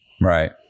Right